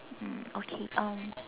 mm okay um